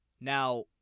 Now